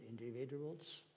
individuals